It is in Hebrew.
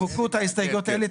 תמחקו את ההסתייגויות האלה,